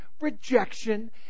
rejection